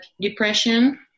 depression